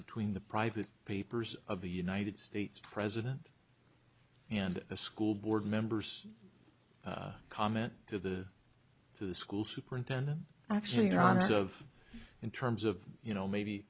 between the private papers of the united states president and the school board members comment to the to the school superintendent actually honors of in terms of you know maybe